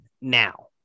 now